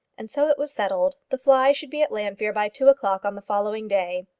and so it was settled. the fly should be at llanfeare by two o'clock on the following day.